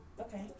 Okay